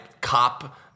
cop